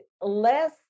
less